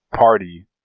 party